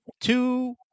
two